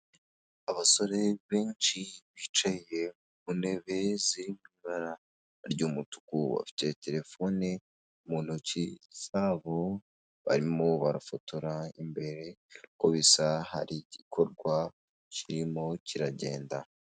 Abasore benshi bicaye ku ntebe ziri mu ibara ry'umutuku bafite terefone mu ntoki zabo barimo barafotora imbere, uko bisa hari igikorwa kirimo kiragenda.